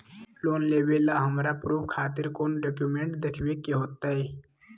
Loan लेबे ला हमरा प्रूफ खातिर कौन डॉक्यूमेंट देखबे के होतई?